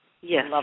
Yes